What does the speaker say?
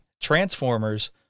Transformers